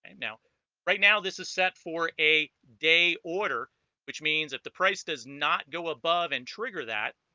and now right now this is set for a day order which means if the price does not go above and trigger that